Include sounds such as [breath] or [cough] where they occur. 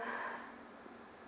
[breath]